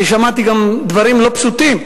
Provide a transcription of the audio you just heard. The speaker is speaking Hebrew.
שמעתי גם דברים לא פשוטים,